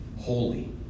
holy